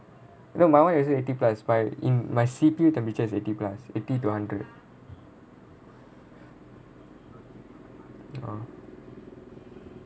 no my [one] also eighty plus but in my C_P_U temperature eighty plus eighty to hundred